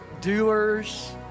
Doers